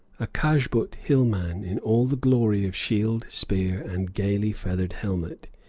a kajput hill-man in all the glory of shield, spear, and gayly feathered helmet.